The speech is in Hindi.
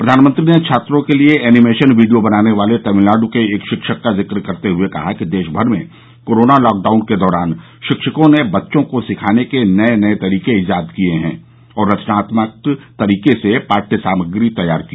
प्रधानमंत्री ने छात्रों के लिए एनिमेशन वीडियो बनाने वाले तमिलनाडु के एक शिक्षक का जिक्र करते हुए कहा कि देशभर में कोरोना लॉकडाउन के दौरान शिक्षकों ने बच्चों को सिखाने के नए नए तरीके इजाद किये हैं और रचनात्मक तरीके से पाठय सामग्री तैयार की